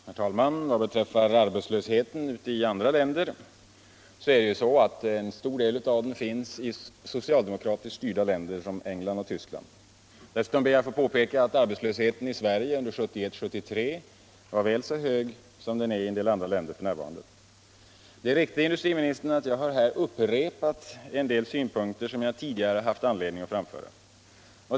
Herr talman! Vad beträffar arbetslösheten i andra länder är det så att en stor del av den finns i socialdemokratiskt styrda länder som England och Tyskland. Dessutom ber jag att få påpeka att arbetslösheten i Sverige 1971-1973 var väl så hög som den är i en del andra länder f.n. Det är riktigt, herr industriminister, att jag här har upprepat en del synpunkter som jag tidigare haft anledning att framföra.